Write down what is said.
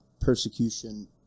persecution